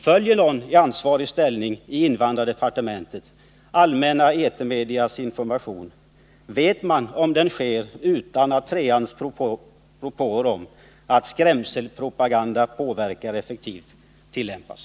Följer någon som ansvarar för invandrarfrågor i arbetsmarknadsdepartementet allmänna etermedias information? Vet man om den sker utan att linje 3:s propåer om att ”skrämselpropaganda påverkar effektivt” tillämpas?